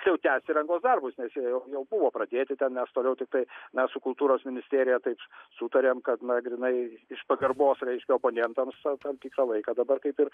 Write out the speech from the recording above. jau tęsti rangos darbus nes jie jau buvo pradėti ten mes toliau tiktai mes su kultūros ministerija taip sutarėm kad na grynai iš pagarbos reiškia oponentams tam tikrą laiką dabar kaip ir